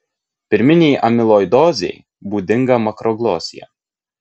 pirminei amiloidozei būdinga makroglosija